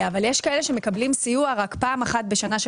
אבל יש כאלה שמקבלים סיוע רק פעם אחת בשנה,